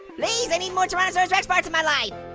please, i need more tyrannosaurus rex parts in my life.